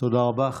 תודה רבה.